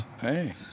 Hey